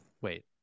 wait